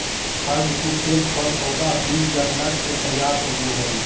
खाय जुकुर तेल फल पौधा और बीज या नट से तैयार होबय हइ